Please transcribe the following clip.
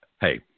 hey